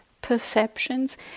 perceptions